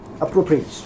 appropriate